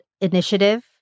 Initiative